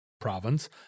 province